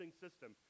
system